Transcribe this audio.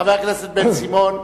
חבר הכנסת בן-סימון.